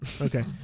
Okay